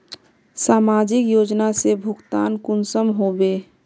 समाजिक योजना से भुगतान कुंसम होबे?